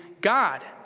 God